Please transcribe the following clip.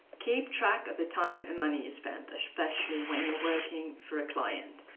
keep track of the time and money you spend, especially when you're working for a client.